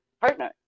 partner